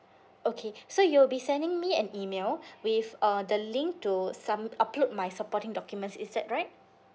okay so you'll be sending me an email with uh the link to submit upload my supporting documents is that right